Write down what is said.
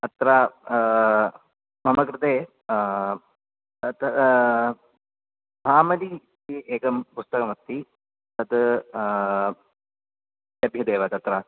अत्र मम कृते भामती इति एकं पुस्तकमस्ति तत् लभ्यते वा तत्र